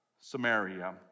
Samaria